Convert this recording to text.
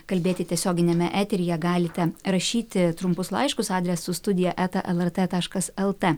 kalbėti tiesioginiame eteryje galite rašyti trumpus laiškus adresu studija eta lrt taškas lt